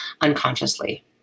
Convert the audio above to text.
unconsciously